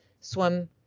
swim